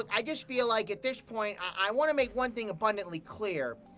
and i just feel like at this point i want to make one thing abundantly clear.